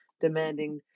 demanding